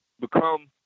become